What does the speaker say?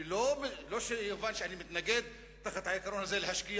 לא שאני מתנגד בגלל העיקרון הזה להשקיע